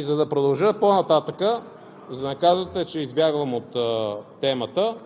За да продължа по-нататък, за да не кажете, че избягвам темата